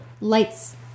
lights